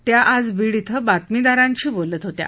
त्या आज बीड ि बातमीदारांशी बोलत होत्या